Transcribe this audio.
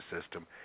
system